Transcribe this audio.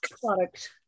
product